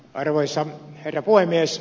arvoisa herra puhemies